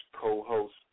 co-host